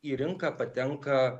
į rinką patenka